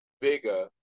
bigger